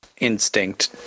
instinct